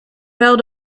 fell